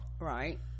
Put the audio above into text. right